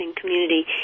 community